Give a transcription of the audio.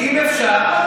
אם אפשר.